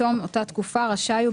בתום אותה תקופה רשאי הוא,